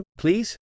please